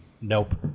Nope